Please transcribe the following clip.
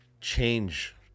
change